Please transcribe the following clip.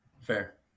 Fair